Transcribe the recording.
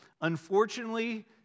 Unfortunately